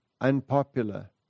unpopular